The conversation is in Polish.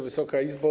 Wysoka Izbo!